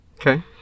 Okay